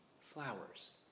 flowers